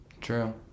True